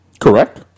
correct